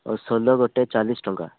ଓ ସୋଲ ଗୋଟେ ଚାଳିଶ ଟଙ୍କା